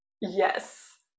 Yes